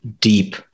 deep